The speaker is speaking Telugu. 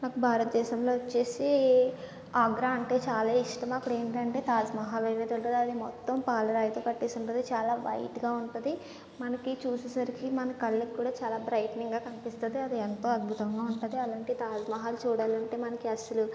మాకు భారతదేశంలో వచ్చేసి ఆగ్రా అంటే చాలా ఇష్టం అక్కడ ఏంటంటే తాజ్మహల్ ఏదైతే ఉంటుందో అది మొత్తం పాల రాయితో కట్టేసి ఉంటుంది చాలా వైట్గా ఉంటుంది మనకి చూసేసరికి మన కళ్ళకి కూడా చాలా బ్రైటనింగా కనిపిస్తుంది అది ఎంతో అద్భుతంగా ఉంటుంది అలాంటి తాజ్మహల్ చూడాలంటే మనకి అస్సలు